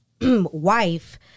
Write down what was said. wife